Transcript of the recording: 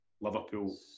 Liverpool